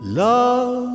love